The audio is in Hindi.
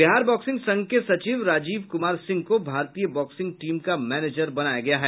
बिहार बॉक्सिंग संघ के सचिव राजीव कुमार सिंह को भारतीय बॉक्सिंग टीम का मैनेजर बनाया गया है